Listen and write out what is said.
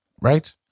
right